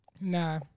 Nah